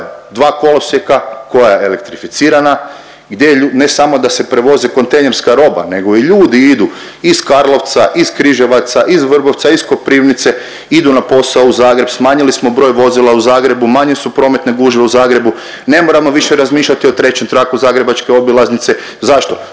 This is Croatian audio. dva kolosijeka, koja je elektrificirana, gdje ne samo da se prevoze kontejnerska roba nego i ljudi idu iz Karlovca, iz Križevaca, iz Vrbovca, iz Koprivnice, idu na posao u Zagreb, smanjili smo broj vozila u Zagrebu, manje su prometne gužve u Zagrebu, ne moramo više razmišljati o 3. traku zagrebačke obilaznice, zašto?